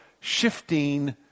shifting